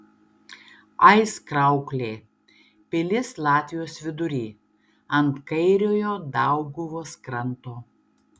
aizkrauklė pilis latvijos vidury ant kairiojo dauguvos kranto